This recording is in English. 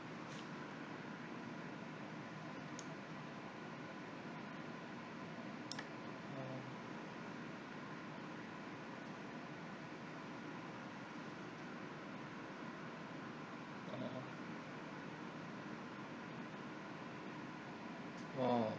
oh